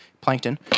plankton